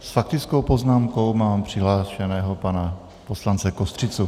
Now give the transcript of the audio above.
S faktickou poznámkou mám přihlášeného pana poslance Kostřicu.